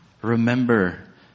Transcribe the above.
Remember